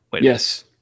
Yes